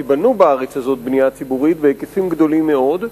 כי בנו בארץ הזאת בנייה ציבורית בהיקפים גדולים מאוד,